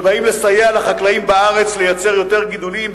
שבאים לסייע לחקלאים בארץ לייצר יותר גידולים,